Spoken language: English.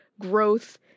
growth